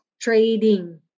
trading